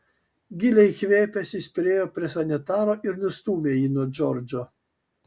giliai įkvėpęs jis priėjo prie sanitaro ir nustūmė jį nuo džordžo